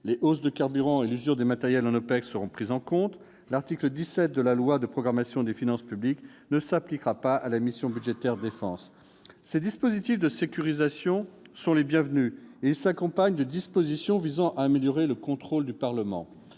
Les hausses de carburant et l'usure des matériels en OPEX seront prises en compte. L'article 17 de la loi de programmation des finances publiques pour les années 2018 à 2022 ne s'appliquera pas à la mission « Défense ». Ces dispositifs de sécurisation sont les bienvenus et ils s'accompagnent de dispositions visant à améliorer le contrôle du Parlement,